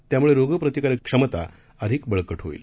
त्यामुळे रोगप्रतिकारक क्षमता अधिक बळकट होईल